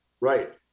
right